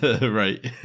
Right